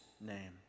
name